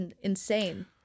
insane